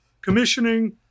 commissioning